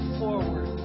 forward